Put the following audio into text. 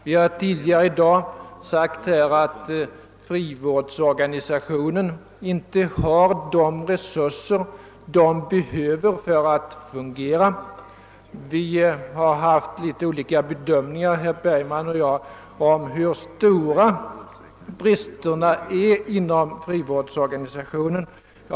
Vi har tidigare i dag sagt att frivårdsorganisationen inte har de resurser den behöver för att fungera. Herr Bergman och jag har haft något olika uppfattningar om hur stora bristerna inom frivårdsorganisationen är.